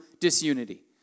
disunity